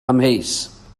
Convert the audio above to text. amheus